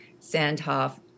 Sandhoff